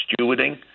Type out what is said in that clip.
stewarding